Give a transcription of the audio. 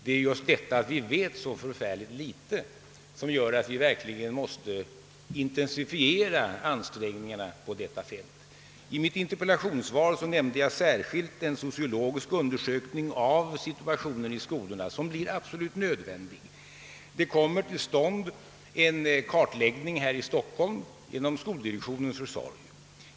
Det är just den omständigheten att vi vet så ytterst litet härvidlag som gör att vi verkligen måste intensifiera ansträngningarna på detta fält. I mitt interpellationssvar nämnde jag särskilt att en sociologisk undersökning av situationen i skolorna blir absolut nödvändig. Här i Stockholm görs en kartläggning genom <:skoldirektionens försorg.